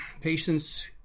patients